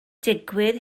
digwydd